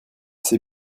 sais